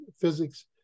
physics